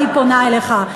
אני פונה אליך: